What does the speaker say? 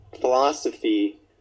philosophy